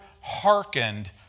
hearkened